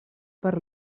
per